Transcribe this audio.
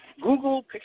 Google